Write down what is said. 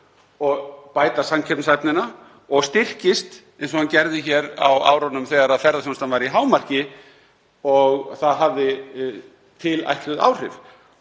og bæta samkeppnishæfnina og styrkist eins og hún gerði hér á árum þegar ferðaþjónustan var í hámarki. Það hafði tilætluð áhrif